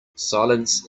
silence